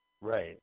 Right